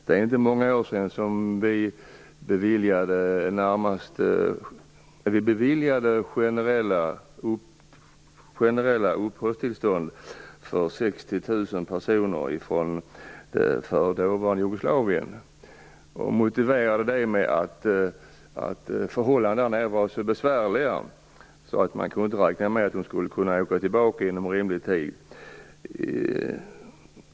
Det är inte många år sedan som vi beviljade generella uppehållstillstånd för 60 000 personer från dåvarande Jugoslavien. Vi motiverade det med att förhållandena där nere var så besvärliga att man inte kunde räkna med att de skulle kunna åka tillbaka inom rimlig tid.